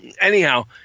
Anyhow